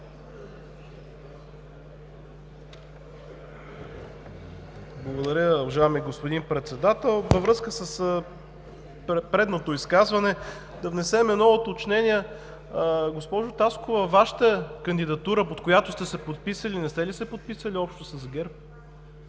Благодаря, уважаеми господин Председател. Във връзка с предишното изказване, да внесем едно уточнение. Госпожо Таскова, Вашата кандидатура, под която сте се подписали, не сте ли се подписали общо с ГЕРБ?